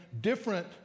different